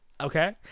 okay